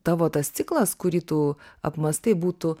tavo tas ciklas kurį tu apmąstai būtų